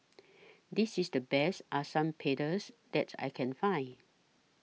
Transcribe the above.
This IS The Best Asam Pedas that I Can Find